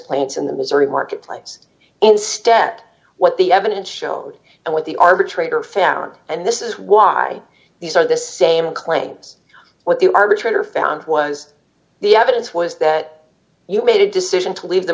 claims in the missouri marketplace instead what the evidence showed and what the arbitrator found and this is why these are the same claims what the arbitrator found was the evidence was that you made a decision to leave the